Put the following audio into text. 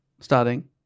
Starting